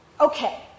Okay